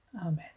Amen